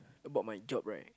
about my job right